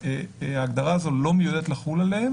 ההגדרה הזאת לא מיועדת לחול עליהם.